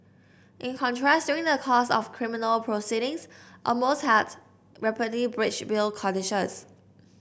in contrast during the course of criminal proceedings Amos has repeatedly breached bail conditions